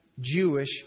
Jewish